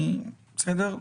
בסדר?